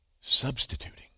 Substituting